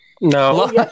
No